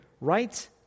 right